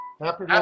Happy